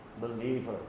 believer